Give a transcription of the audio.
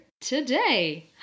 today